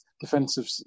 defensive